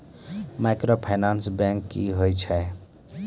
Microfinance bank की होय छै?